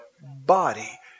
body